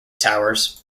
towers